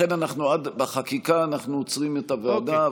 לכן בחקיקה אנחנו עוצרים את הוועדה,